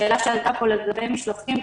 לשאלה שעלתה פה לגבי משלוחים,